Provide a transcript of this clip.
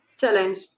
challenge